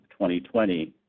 2020